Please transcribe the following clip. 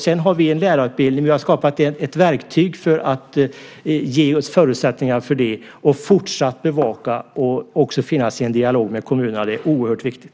Vi har en lärarutbildning där vi har ett verktyg som ger oss förutsättningar för att fortsatt bevaka det i dialog med kommunerna. Det är oerhört viktigt.